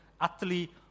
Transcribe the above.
utterly